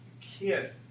kid